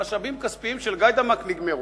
המשאבים הכספיים של גאידמק נגמרו.